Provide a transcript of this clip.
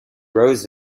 rose